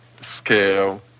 scale